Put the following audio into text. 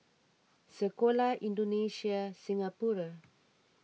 Sekolah Indonesia Singapura